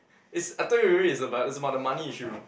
it's I told you already it's about it's about the money issue